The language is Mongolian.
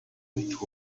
мэдэх